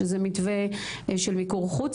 שזה מתווה של מיקור חוץ,